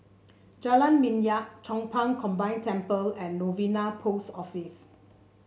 Jalan Minyak Chong Pang Combined Temple and Novena Post Office